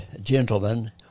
gentlemen